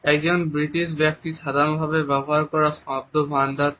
একজন ব্রিটিশ ব্যক্তির সাধারণভাবে ব্যবহার করা শব্দভাণ্ডার থেকে